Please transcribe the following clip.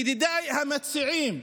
ידידיי המציעים,